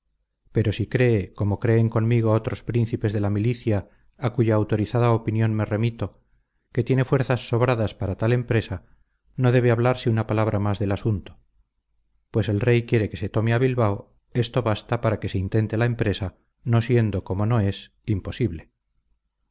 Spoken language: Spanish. pero si cree como creen conmigo otros príncipes de la milicia a cuya autorizada opinión me remito que tiene fuerzas sobradas para tal empresa no debe hablarse una palabra más del asunto pues el rey quiere que se tome a bilbao esto basta para que se intente la empresa no siendo como no es imposible